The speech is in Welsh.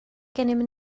gennym